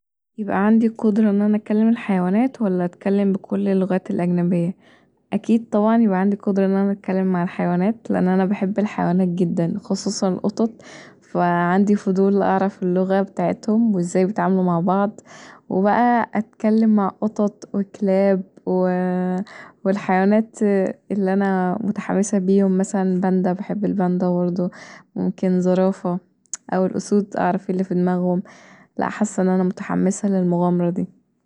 يبقي عندي القدرة ان انا اكلم كل الحيوانات ولا اتكلم بكل اللغات الأجنبيه، أكيد طبعا يبقي عندي القدره ان انا اتكلم مع الحيوانات لأن انا بحب الحيوانات جدا خصوصا القطط فعندي فضول أعرف اللغة بتاعتهم وازاي بيتعاملوا مع بعض وبقي اتكلم مع قطط وكلاب والحيوانات اللي انا متحمسه بيهم مثلا الباندا بحب الباندا برضو ممكن زرافه او الأسود أعرف ايه اللي فدماغهم لأ حاسه ان انا متحمسه للمغامره دي